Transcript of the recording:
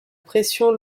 pression